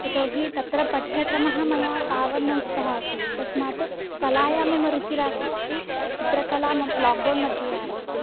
यतोहि तत्र पाठ्यक्रमः मया तावत् न इष्टः आसीत् तस्मात् कलायां मम रुचिरासीदिति चित्रकला मम लोक् डौन् मध्ये आरब्धम्